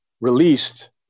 released